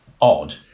odd